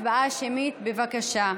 הצבעה שמית, בבקשה.